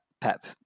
Pep